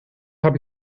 hab